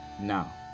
now